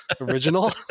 original